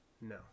No